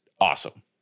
awesome